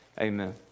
Amen